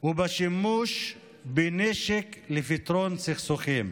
ובשימוש בנשק לפתרון סכסוכים.